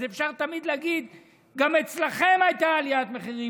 אז אפשר תמיד להגיד: גם אצלכם הייתה עליית מחירים.